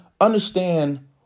understand